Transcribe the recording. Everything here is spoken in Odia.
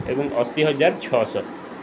ଏବଂ ଅଶୀ ହଜାର ଛଅଶହ